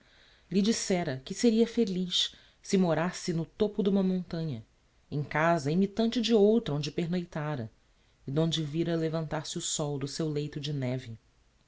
lhe dissera que seria feliz se morasse no topo d'uma montanha em casa imitante de outra onde pernoitára e d'onde vira levantar-se o sol do seu leito de neve